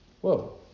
Whoa